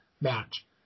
match